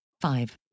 five